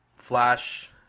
Flash